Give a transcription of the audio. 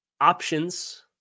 options